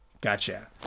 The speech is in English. Gotcha